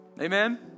Amen